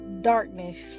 Darkness